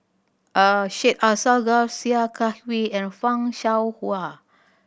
Syed Alsagoff Sia Kah Hui and Fan Shao Hua